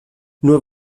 nur